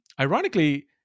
ironically